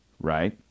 right